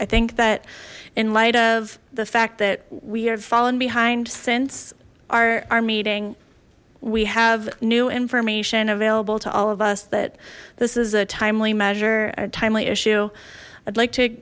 i think that in light of the fact that we are falling behind since our meeting we have new information available to all of us that this is a timely measure a timely issue i'd like to